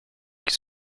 qui